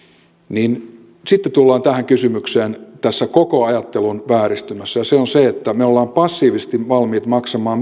sitten tullaan tähän kysymykseen tässä koko ajattelun vääristymässä ja se on se että me olemme passiivisesti valmiit maksamaan